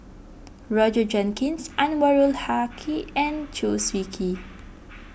Roger Jenkins Anwarul Haque and Chew Swee Kee